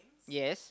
yes